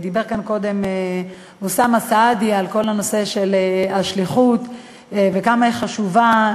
דיבר כאן קודם אוסאמה סעדי על כל הנושא של השליחות וכמה היא חשובה.